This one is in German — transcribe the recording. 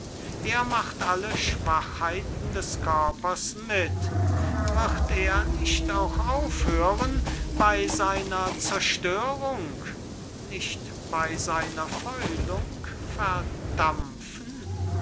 er macht alle schwachheiten des körpers mit wird er nicht auch aufhören bey seiner zerstörung nicht bey seiner fäulung verdampfen